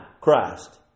Christ